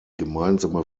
gemeinsame